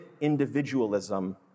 individualism